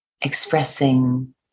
expressing